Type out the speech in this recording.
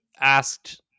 asked